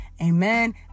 Amen